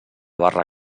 barra